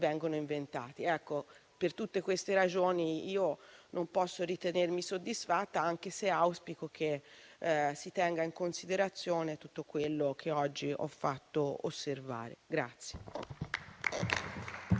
vengono inventati. Per tutte queste ragioni, non posso ritenermi soddisfatta, anche se auspico che si tenga in considerazione quanto oggi ho fatto osservare.